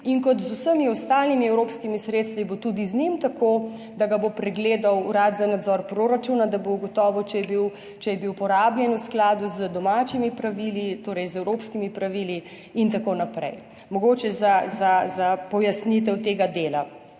In kot z vsemi ostalimi evropskimi sredstvi, bo tudi z njim tako, da ga bo pregledal Urad za nadzor proračuna, da bo ugotovil, če je bil porabljen v skladu z domačimi pravili, torej z evropskimi pravili. Mogoče za pojasnitev tega dela.